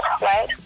right